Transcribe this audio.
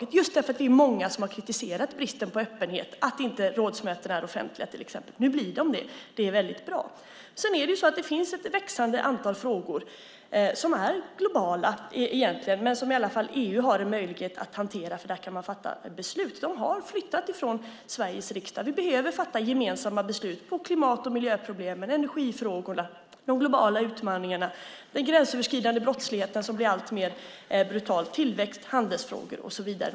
Det är just därför att vi är många som har kritiserat bristen på öppenhet, till exempel att rådsmötena inte är offentliga. Nu blir de det. Det är bra. Det finns ett växande antal globala frågor som EU har möjlighet att hantera eftersom det går att fatta beslut. Frågorna har flyttats från Sveriges riksdag. Vi behöver fatta gemensamma beslut om klimat och miljöproblemen, energifrågorna, de globala utmaningarna, den alltmer brutala gränsöverskridande brottsligheten, tillväxten, handelsfrågorna och så vidare.